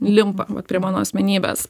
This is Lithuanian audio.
limpa prie mano asmenybės